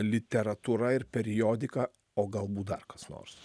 literatūra ir periodika o galbūt dar kas nors